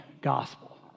gospel